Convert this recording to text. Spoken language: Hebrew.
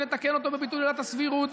נתקן אותו בביטול עילת הסבירות,